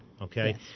Okay